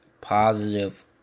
positive